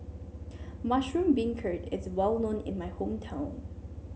Mushroom Beancurd is well known in my hometown